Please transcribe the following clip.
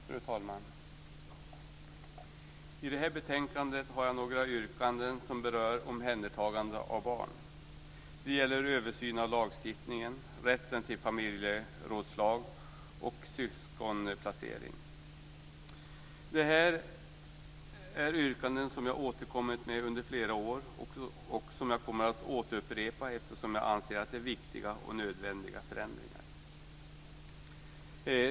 Fru talman! I det här betänkandet har jag några yrkanden som berör omhändertagande av barn. De gäller översyn av lagstiftning, rätt till familjerådslag och syskonplacering. Det här är yrkanden som jag har återkommit till under flera år och som jag kommer att återupprepa eftersom jag anser att de är viktiga och nödvändiga förändringar.